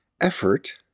effort